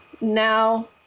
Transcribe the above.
now